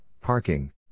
parking